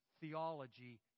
theology